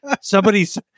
somebody's